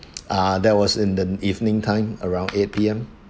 ah that was in the evening time around eight P_M